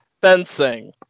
fencing